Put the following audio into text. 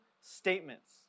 statements